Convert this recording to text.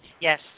Yes